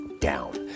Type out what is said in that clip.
down